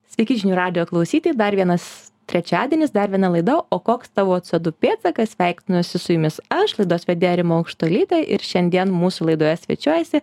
sveiki žinių radijo klausytojai dar vienas trečiadienis dar viena laida o koks tavo c o du pėdsakas sveikinuosi su jumis aš laidos vedėja rima aukštuolytė ir šiandien mūsų laidoje svečiuojasi